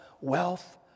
Wealth